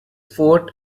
forte